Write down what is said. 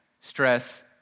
Stress